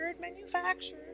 manufactured